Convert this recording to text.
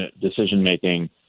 decision-making